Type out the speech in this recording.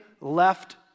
left